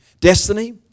Destiny